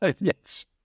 Yes